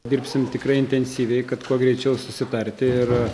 dirbsim tikrai intensyviai kad kuo greičiau susitarti ir